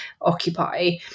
occupy